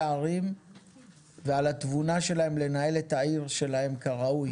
הערים ועל התבונה שלהם לנהל את העיר שלהם כראוי